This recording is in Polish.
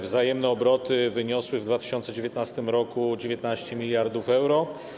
Wzajemne obroty wyniosły w 2019 r. 19 mld euro.